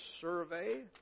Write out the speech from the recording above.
survey